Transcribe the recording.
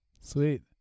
Sweet